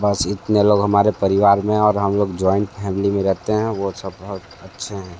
बस इतने लोग हमारे परिवार में और हम लोग ज्वाइंट फैमिली में रहते हैं वो सब बहुत अच्छे हैं